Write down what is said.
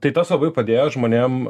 tai tas labai padėjo žmonėm